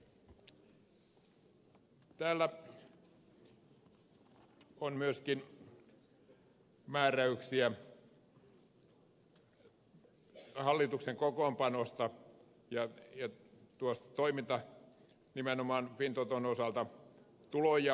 täällä on myöskin määräyksiä hallituksen kokoonpanosta ja tuosta toiminnasta nimenomaan fintoton osalta tulonjaosta